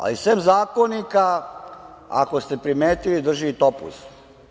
Ali, sem Zakonika, ako ste primetili, drži i topuz.